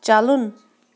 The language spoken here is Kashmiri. چلُن